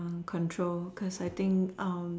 control cause I think